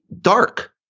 dark